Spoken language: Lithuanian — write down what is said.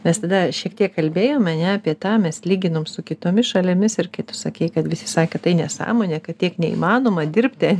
nes tada šiek tiek kalbėjom ane apie tą mes lyginom su kitomis šalimis ir kai tu sakei kad visi sakė tai nesąmonė kad tiek neįmanoma dirbti